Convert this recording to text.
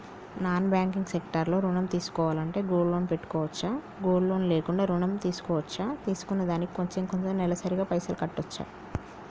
Non banking sector లో ఋణం తీసుకోవాలంటే గోల్డ్ లోన్ పెట్టుకోవచ్చా? గోల్డ్ లోన్ లేకుండా కూడా ఋణం తీసుకోవచ్చా? తీసుకున్న దానికి కొంచెం కొంచెం నెలసరి గా పైసలు కట్టొచ్చా?